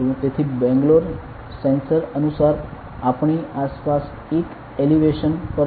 તેથી બેંગ્લોર સેન્સર અનુસાર આપણી આસપાસ એક એલિવેશન પર છે